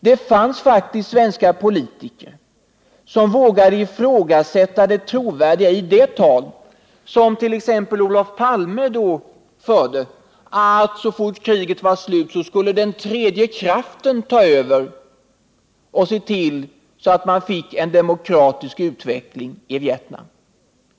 Det fanns faktiskt svenska politiker som vågade ifrågasätta det trovärdiga i det tal som t.ex. Olof Palme då förde, att så fort kriget var slut skulle den tredje kraften ta över och se till att man fick en demokratisk utveckling i Vietnam.